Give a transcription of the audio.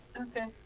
Okay